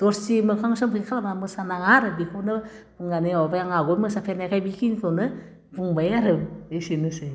दरसि मोखां सोमखे खालामना मोसा नाङा आरो बेखौनो बुंनानै माबाबाय आं आवगोल मोसाफेरनायखाय बिखिनिखौनो बुंबाय आरो एसेनोसै